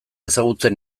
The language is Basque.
ezagutzen